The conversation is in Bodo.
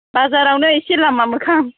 बाजारावनो एसे लामा मोखां